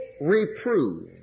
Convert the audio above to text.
reprove